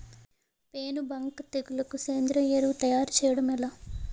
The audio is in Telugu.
పేను బంక తెగులుకు సేంద్రీయ ఎరువు తయారు చేయడం ఎలా?